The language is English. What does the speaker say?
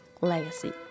legacy